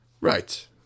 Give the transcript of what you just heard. Right